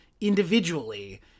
individually